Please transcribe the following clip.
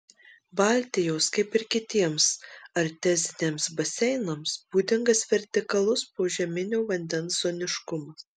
baltijos kaip ir kitiems arteziniams baseinams būdingas vertikalus požeminio vandens zoniškumas